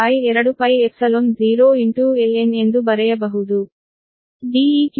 ಆದ್ದರಿಂದ ನೀವು qa2π0 ln ಎಂದು ಬರೆಯಬಹುದು